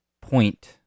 point